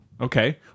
Okay